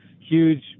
huge